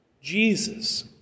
Jesus